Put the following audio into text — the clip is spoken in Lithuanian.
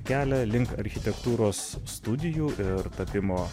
kelią link architektūros studijų ir tapimo